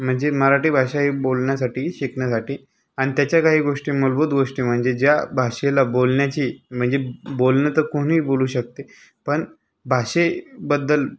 म्हणजे मराठी भाषा ही बोलण्यासाठी शिकण्यासाठी आणि त्याच्या काही गोष्टी मूलभूत गोष्टी म्हणजे ज्या भाषेला बोलण्याची म्हणजे बोलणं तर कोणीही बोलू शकते पण भाषेबद्दल